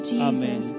Jesus